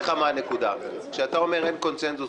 כשאתה אומר שאין קונצנזוס,